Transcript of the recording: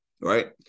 right